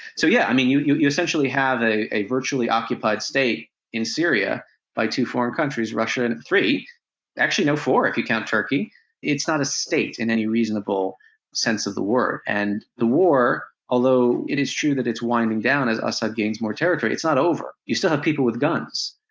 so yeah, i mean, you you essentially a a virtually occupied state in syria by two foreign countries but and three actually, no, four if you count turkey it's not a state in any reasonable sense of the word. and the war, although it is true that its winding down as assad gains more territory, it's not over. you still have people with guns,